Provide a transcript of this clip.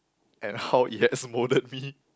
and how it has moulded me